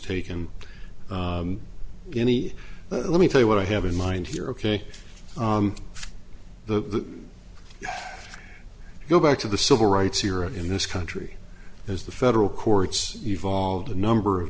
taken any but let me tell you what i have in mind here ok the go back to the civil rights era in this country as the federal courts evolved a number of